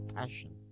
Passion